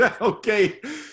Okay